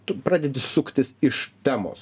tu pradedi suktis iš temos